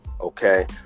Okay